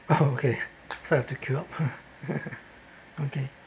oh okay so have to queue up okay